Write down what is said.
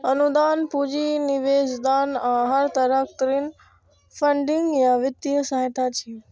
अनुदान, पूंजी निवेश, दान आ हर तरहक ऋण फंडिंग या वित्तीय सहायता छियै